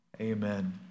amen